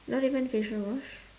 not even facial wash